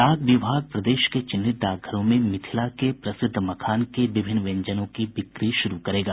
डाक विभाग प्रदेश के चिन्हित डाकघरों में मिथिला के प्रसिद्ध मखान के विभिन्न व्यंजनों की बिक्री शुरू करेगा